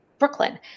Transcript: Brooklyn